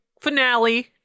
finale